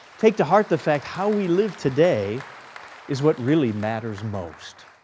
take to heart the fact how we live today is what really matters most.